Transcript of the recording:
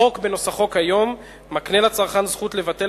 החוק בנוסחו כיום מקנה לצרכן זכות לבטל